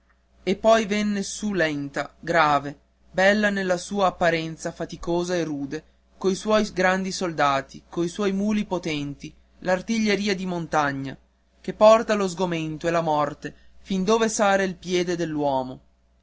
e poi venne su lenta grave bella nella sua apparenza faticosa e rude coi suoi grandi soldati coi suoi muli potenti l'artiglieria di montagna che porta lo sgomento e la morte fin dove sale il piede